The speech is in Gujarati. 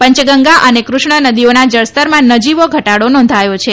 પંચગંગા અને કૃષ્ણા નદીઓના જળસ્તરમાં નજીવો ઘટાડો નોંધાથો છે